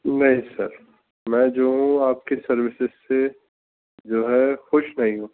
نہیں سر میں جو ہوں آپ کی سروسز سے جو ہے خوش نہیں ہوں